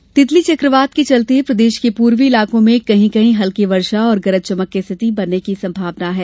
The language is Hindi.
मौसम तितली चकवात के चलते प्रदेश के पूर्वी इलाकों में कहीं कहीं हल्की वर्षा और गरज चमक की स्थिति बनने की संभावना है